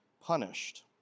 punished